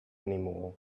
anymore